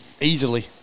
easily